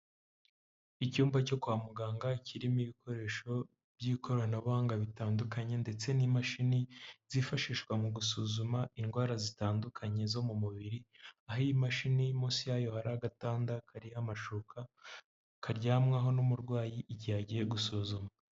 Icyumba cyo kwa muganga kirimo ibikoresho by'ikoranabuhanga bitandukanye ndetse n'imashini zifashishwa mu gusuzuma indwara zitandukanye zo mu mubiri, aho iyi mashini munsi yayo hari agatanda kariho amashuka, karyamwaho n'umurwayi igihe agiye gusuzumwa.